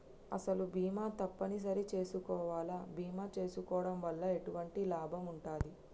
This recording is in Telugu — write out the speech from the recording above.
అసలు బీమా తప్పని సరి చేసుకోవాలా? బీమా చేసుకోవడం వల్ల ఎటువంటి లాభం ఉంటది?